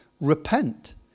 Repent